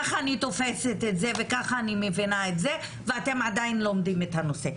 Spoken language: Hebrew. ככה אני תוספת את זה וככה אני מבינה את זה ואתם עדיין לומדים את הנושא.